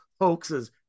hoaxes